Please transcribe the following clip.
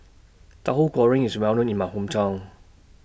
Tahu Goreng IS Well known in My Hometown